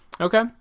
Okay